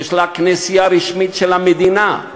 יש לה כנסייה רשמית של המדינה.